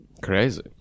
Crazy